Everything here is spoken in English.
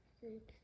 six